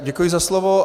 Děkuji za slovo.